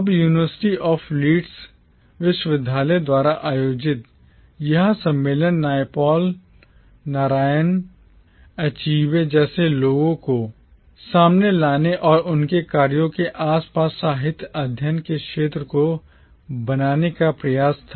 अब University of Leeds Leeds विश्वविद्यालय द्वारा आयोजित यह सम्मेलन Naipaul Naipaul Narayan Narayan Achebe Achebe जैसे लेखकों को सामने लाने और उनके कार्यों के आसपास साहित्यिक अध्ययन के एक क्षेत्र को बनाने का एक प्रयास था